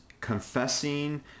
confessing